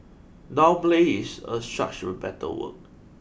downplay is a such better word